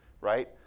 right